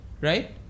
Right